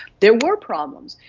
there were problems.